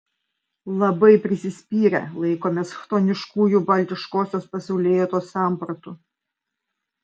labai prisispyrę laikomės chtoniškųjų baltiškosios pasaulėjautos sampratų